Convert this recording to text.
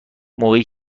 موقعی